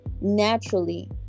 naturally